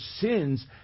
sins